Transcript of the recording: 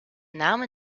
name